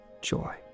joy